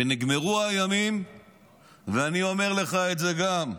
אני אומר את זה גם לך,